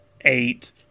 eight